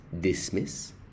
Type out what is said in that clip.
dismiss